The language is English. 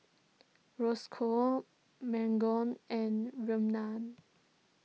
Roscoe Margot and Reanna